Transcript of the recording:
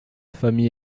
famille